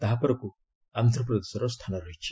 ତାହାପରକୁ ଆନ୍ଧ୍ରପ୍ରଦେଶର ସ୍ଥାନ ରହିଛି